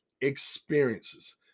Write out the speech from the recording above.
experiences